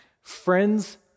Friends